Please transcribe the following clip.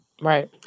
Right